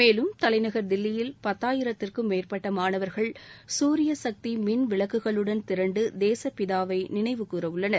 மேலும் தலைநகர் தில்லியில் பத்தாயிரத்திற்கும் மேற்பட்ட மாணவர்கள் சூரிய சக்தி மின்விளக்குகளுடன் திரண்டு தேசப்பிதாவை நினைவுகூரவுள்ளனர்